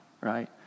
right